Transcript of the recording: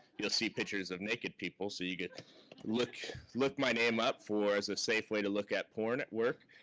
you'll see pictures of naked people, so you get to look my name up for as a safe way to look at porn at work.